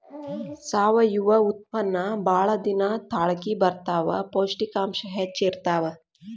ಸಾವಯುವ ಉತ್ಪನ್ನಾ ಬಾಳ ದಿನಾ ತಾಳಕಿ ಬರತಾವ, ಪೌಷ್ಟಿಕಾಂಶ ಹೆಚ್ಚ ಇರತಾವ